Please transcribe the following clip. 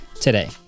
today